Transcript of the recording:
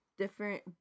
Different